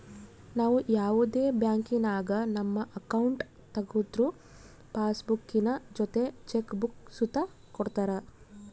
ನಾವು ಯಾವುದೇ ಬ್ಯಾಂಕಿನಾಗ ನಮ್ಮ ಅಕೌಂಟ್ ತಗುದ್ರು ಪಾಸ್ಬುಕ್ಕಿನ ಜೊತೆ ಚೆಕ್ ಬುಕ್ಕ ಸುತ ಕೊಡ್ತರ